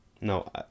No